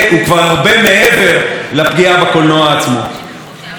אז מול כל הדברים האלה ניצבנו בוועדה,